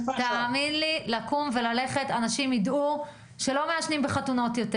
לקום וללכת, אנשים יידעו שלא מעשנים בחתונות יותר.